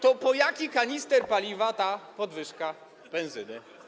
To po jaki kanister paliwa ta podwyżka ceny benzyny?